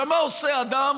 מה עושה אדם